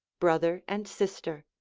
brother and sister.